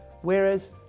whereas